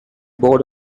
board